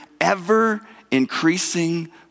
ever-increasing